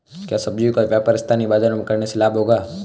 क्या सब्ज़ियों का व्यापार स्थानीय बाज़ारों में करने से लाभ होगा?